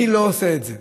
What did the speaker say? מי לא עושה את זה?